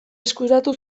eskuratu